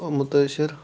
مُتٲثِر